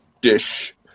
dish